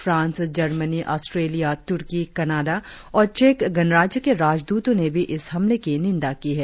France Germany Australia तुर्की Canada और चेक गणराज्य के राजद्रतों ने भी इस हमले की निंदा की है